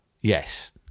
Yes